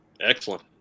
Excellent